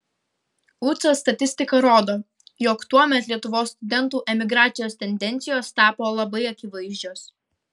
ucas statistika rodo jog tuomet lietuvos studentų emigracijos tendencijos tapo labai akivaizdžios